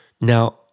Now